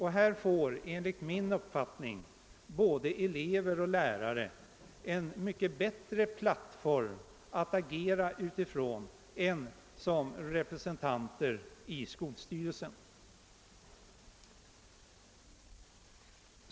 Här får enligt min uppfattning både elever och lärare en mycket bättre plattform att agera utifrån än som representanter i skolstyrelsen.